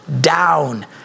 down